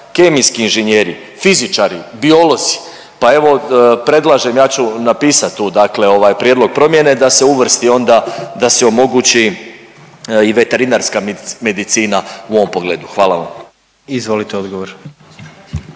kemijski inženjeri, fizičari, biolozi, pa evo, predlažem, ja ću napisat tu dakle prijedlog promjene da se uvrsti onda da se omogući i veterinarstva medicina u ovom pogledu. Hvala vam. **Jandroković,